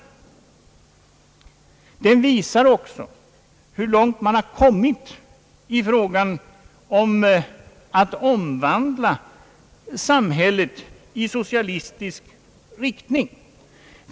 Tablån visar också hur långt man har kommit i fråga om att omvandla samhället i socialistisk riktning.